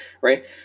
right